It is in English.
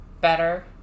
better